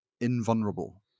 invulnerable